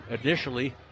initially